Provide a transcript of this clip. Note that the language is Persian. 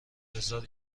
بزار